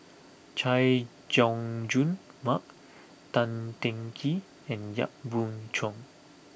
Chay Jung Jun Mark Tan Teng Kee and Yap Boon Chuan